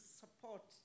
support